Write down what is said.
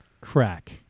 Crack